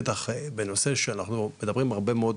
בטח בנושא שאנחנו מדברים הרבה מאוד,